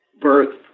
birth